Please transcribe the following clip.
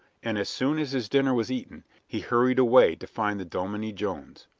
and as soon as his dinner was eaten he hurried away to find the dominie jones.